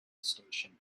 station